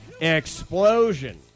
explosion